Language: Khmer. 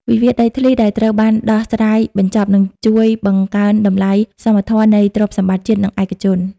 វិវាទដីធ្លីដែលត្រូវបានដោះស្រាយបញ្ចប់ នឹងជួយបង្កើនតម្លៃសមធម៌នៃទ្រព្យសម្បត្តិជាតិ និងឯកជន។